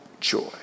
joy